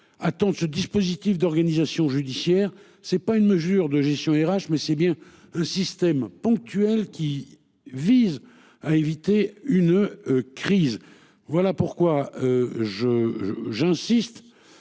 attends de ce dispositif d'organisation judiciaire c'est pas une mesure de gestion RH. Mais c'est bien un système ponctuel qui vise à éviter une crise. Voilà pourquoi je, j'insiste.